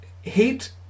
Hate